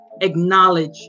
acknowledge